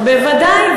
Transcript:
בוודאי.